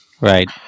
Right